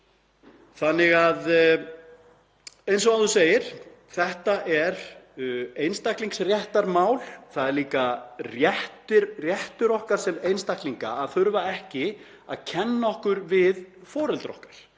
Eins og áður segir þá er þetta einstaklingsréttarmál. Það er líka réttur okkar sem einstaklinga að þurfa ekki að kenna okkur við foreldra okkar.